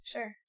Sure